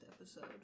episode